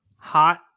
Hot